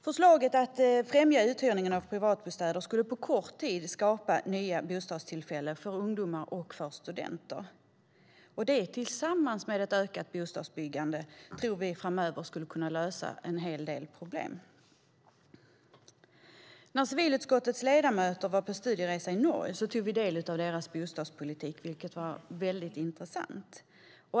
Förslaget att främja uthyrningen av privatbostäder skulle på kort tid skapa nya bostadstillfällen för ungdomar och studenter. Det tillsammans med ett ökat bostadsbyggande tror vi skulle kunna lösa en hel del problem framöver. När civilutskottets ledamöter var på studieresa i Norge tog vi del av deras bostadspolitik, vilket var mycket intressant.